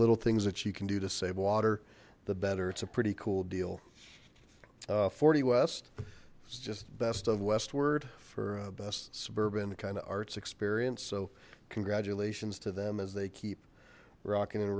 little things that you can do to save water the better it's a pretty cool deal forty west is just best of westward for best suburban kind of arts experience so congratulations to them as they keep rockin and